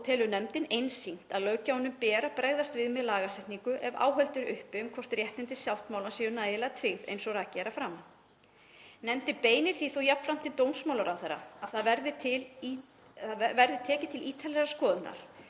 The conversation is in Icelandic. og telur nefndin einsýnt að löggjafanum ber að bregðast við með lagasetningu ef áhöld eru uppi um hvort réttindi sáttmálans séu nægilega tryggð eins og rakið er að framan. Nefndin beinir því þó jafnframt til dómsmálaráðherra að það verði tekið til ítarlegrar skoðunar